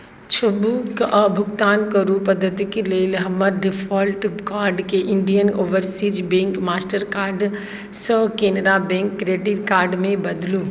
छूबू आ भुगतान करू पद्धतिक लेल हमर डिफॉल्ट कार्डके इण्डियन ओवरसीज बैंक मास्टर कार्डसँ केनरा बैंक क्रेडिट कार्डमे बदलू